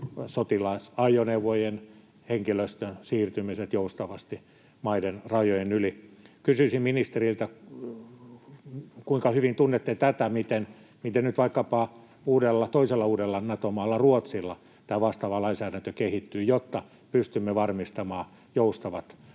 sotilasajoneuvojen, henkilöstön siirtymiset joustavasti maiden rajojen yli. Kysyisin ministeriltä: kuinka hyvin tunnette tätä, miten nyt vaikkapa toisella uudella Nato-maalla Ruotsilla tämä vastaava lainsäädäntö kehittyy, jotta pystymme varmistamaan joustavat